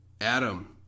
Adam